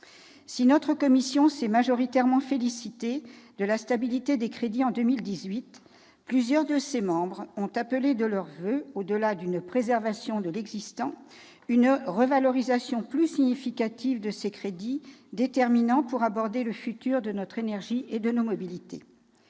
Si notre commission s'est majoritairement félicitée de la stabilité des crédits en 2018, plusieurs de ses membres ont appelé de leurs voeux, au-delà d'une préservation de l'existant, une revalorisation plus significative de ces derniers, déterminants pour aborder le futur de notre énergie et de nos mobilités.